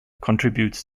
contributes